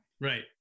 Right